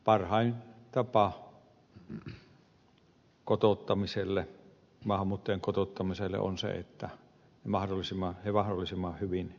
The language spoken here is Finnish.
parhain tapa maahanmuuttajien kotouttamiselle on se että he mahdollisimman hyvin työllistyvät